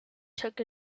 took